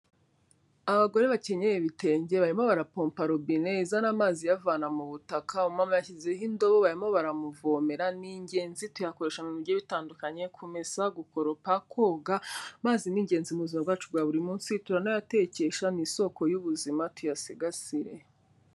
Abagore bakenyera ibitenge barimo barapompa robine izana amazi iyavana mu butaka, umumama yashyizeho indobo barimo baramuvomera, ni ingenzi tuyakoresha mu bintu bigiye bitandukanye kumesa, gukoropa, koga, amazi ni ingenzi mu buzima bwacu bwa buri munsi turanayatekesha, ni isoko y'ubuzima tuyasigasire.